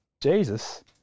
Jesus